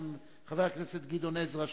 עם חבר הכנסת גדעון עזרא,